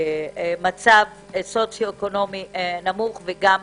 ממצב סוציו אקונומי נמוך וגם